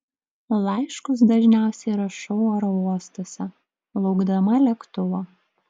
laiškus dažniausiai rašau oro uostuose laukdama lėktuvo